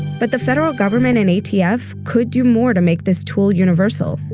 but the federal government and atf could do more to make this tool universal.